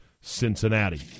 Cincinnati